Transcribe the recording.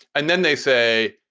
and then they say,